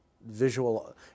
visual